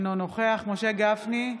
אינו נוכח משה גפני,